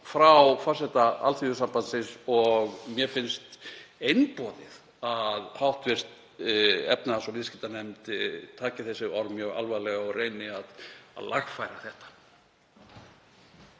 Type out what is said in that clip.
frá forseta Alþýðusambandsins og mér finnst einboðið að hv. efnahags- og viðskiptanefnd taki þessi orð mjög alvarlega og reyni að lagfæra þetta.